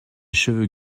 cheveux